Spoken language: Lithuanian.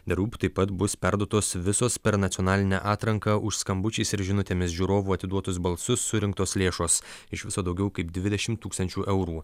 the roop taip pat bus perduotos visos per nacionalinę atranką už skambučiais ir žinutėmis žiūrovų atiduotus balsus surinktos lėšos iš viso daugiau kaip dvidešimt tūkstančių eurų